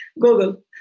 Google